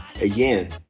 again